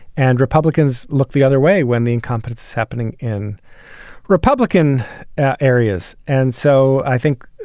and republicans look the other way when the incompetence is happening in republican areas. and so i think,